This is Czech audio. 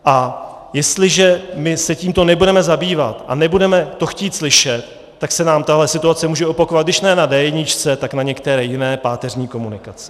A jestliže my se tímto nebudeme zabývat a nebudeme to chtít slyšet, tak se nám tahle situace může opakovat když ne na D1, tak na některé jiné páteřní komunikaci.